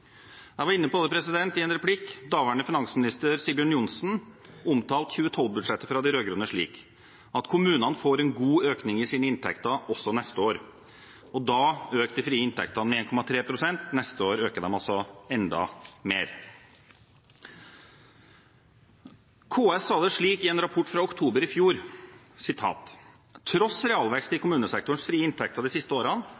Jeg var inne på det i en replikk – daværende finansminister Sigbjørn Johnsen omtalte 2012-budsjettet fra de rød-grønne slik: «Kommunene får en god økning i sine inntekter også neste år.» Da økte de frie inntektene med 1,3 pst. Neste år øker de enda mer. KS sa det slik i en rapport fra oktober i fjor: «Tross realvekst i